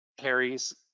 Harry's